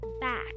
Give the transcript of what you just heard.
back